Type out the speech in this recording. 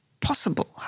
possible